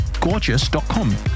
gorgeous.com